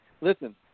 Listen